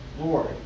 Lord